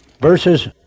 verses